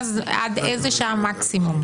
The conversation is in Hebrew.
עד איזו שעה מקסימום?